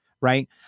Right